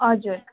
हजुर